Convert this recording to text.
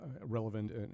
relevant